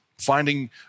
finding